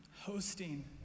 hosting